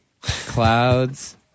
Clouds